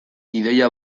ideia